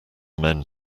men